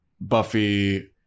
Buffy